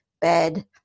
bed